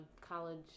college